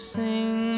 sing